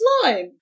Slime